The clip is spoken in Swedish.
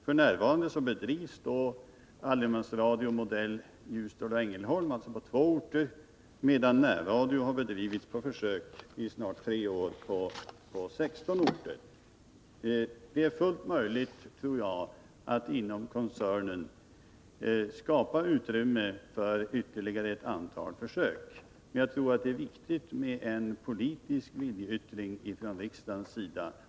F.n. bedrivs allemansradioverksamhet, modell Ljusdal och Ängelholm, alltså på två orter, medan närradioverksamhet har bedrivits på försök i snart tre år på 16 orter. Jag tror att det är fullt möjligt att inom koncernen skapa utrymme för ytterligare ett antal försök, men det är viktigt med en politisk viljeyttring från Nr 108 riksdagens sida.